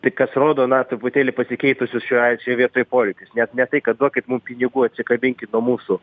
tai kas rodo na truputėlį pasikeitusius šiuo at šioj vietoj poreikius net ne tai kad duokit mum pinigų atsikabinkit nuo mūsų